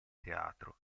teatro